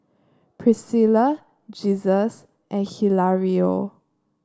Priscilla Jesus and Hilario